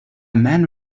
man